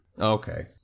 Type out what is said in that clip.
Okay